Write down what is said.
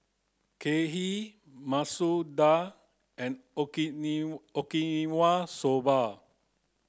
Kheer Masoor Dal and Okinawa Soba